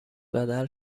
بدل